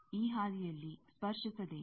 ಈ ಹಾದಿಯಲ್ಲಿ ಸ್ಪರ್ಶಿಸದೆಯೇ